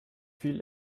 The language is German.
viel